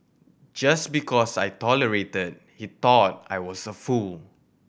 just because I tolerated he thought I was a fool